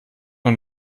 man